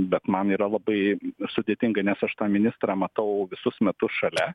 bet man yra labai sudėtinga nes aš tą ministrą matau visus metus šalia